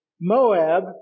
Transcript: Moab